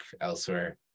elsewhere